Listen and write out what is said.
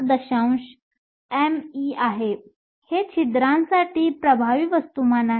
5 me आहे हे छिद्रासाठी प्रभावी वस्तुमान आहे